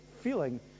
feeling